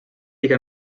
iga